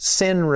sin